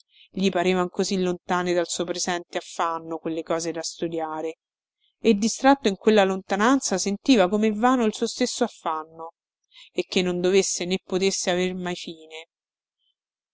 gli parevan così lontane dal suo presente affanno quelle cose da studiare e distratto in quella lontananza sentiva come vano il suo stesso affanno e che non dovesse né potesse aver mai